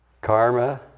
Karma